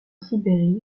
sibérie